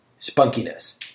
spunkiness